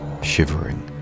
shivering